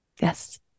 Yes